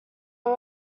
all